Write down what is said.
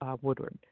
Woodward